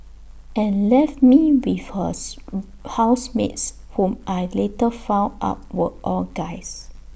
and left me with hers housemates whom I later found out were all guys